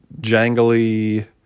jangly